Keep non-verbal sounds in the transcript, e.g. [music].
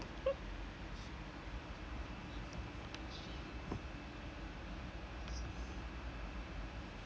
[laughs]